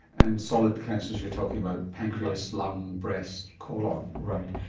and solid cancers you're talking about pancreas, lung, breast, colon. right,